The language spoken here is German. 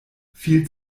viel